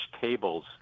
tables